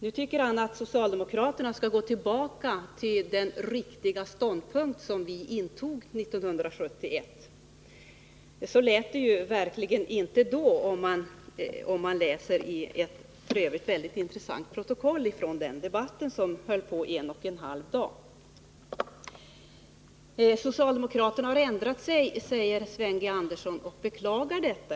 Nu tycker han att socialdemokraterna skall gå tillbaka till den riktiga ståndpunkt vi intog 1971. Så lät det verkligen inte då, och det kan man läsa om i ett f. ö. väldigt intressant protokoll från den debatten, som pågick en och en halv dag. Socialdemokraterna har ändrat sig, säger Sven G. Andersson och beklagar detta.